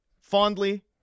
fondly